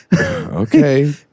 Okay